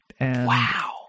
Wow